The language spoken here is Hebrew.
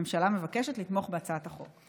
הממשלה מבקשת לתמוך בהצעת החוק.